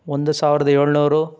ಒಂದು ಸಾವಿರದ ಏಳ್ನೂರು